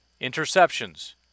Interceptions